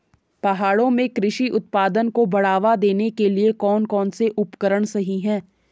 पहाड़ों में कृषि उत्पादन को बढ़ावा देने के लिए कौन कौन से उपकरण सही हैं?